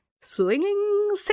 swinging